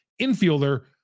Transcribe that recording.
infielder